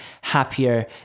happier